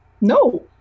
no